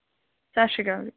ਸਤਿ ਸ਼੍ਰੀ ਅਕਾਲ